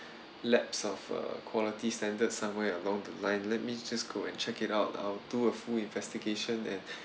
lapse of uh quality standards somewhere along the line let me just go and check it out I'll do a full investigation and